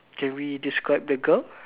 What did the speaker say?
can we describe the girl